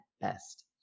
best